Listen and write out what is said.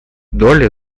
долли